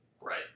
right